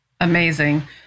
Amazing